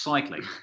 Cycling